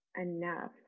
enough